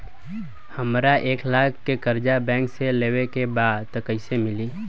हमरा एक लाख के कर्जा बैंक से लेवे के बा त कईसे मिली?